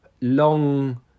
long